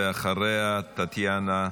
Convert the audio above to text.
ואחריה, טטיאנה,